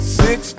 six